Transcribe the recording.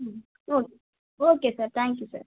ம் okay okay sir thank you sir